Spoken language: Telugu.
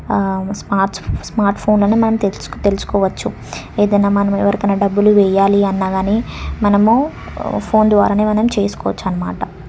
స్మాట్స్ స్మార్ట్ఫోన్లను మనం తెలుసు తెలుసుకోవచ్చు ఏదైనా మనము ఎవరికన్నా డబ్బులు వేయాలి అన్నా కానీ మనము ఫోన్ ద్వారానే మనం చేసుకోవచ్చు అన్నమాట